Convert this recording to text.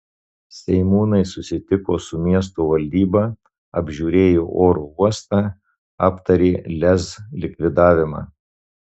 seimūnai susitiko su miesto valdyba apžiūrėjo oro uostą aptarė lez likvidavimą